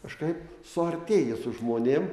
kažkaip suartėji su žmonėm